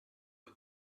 the